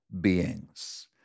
beings